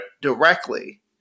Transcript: directly